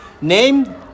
name